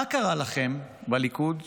מה קרה לכם בליכוד,